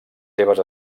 seves